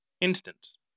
instance